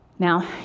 Now